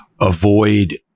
avoid